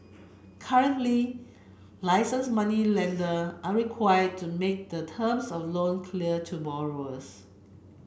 currently licensed moneylender are required to make the terms of loan clear to borrowers